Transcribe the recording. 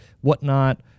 whatnot